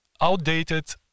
outdated